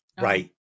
Right